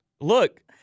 Look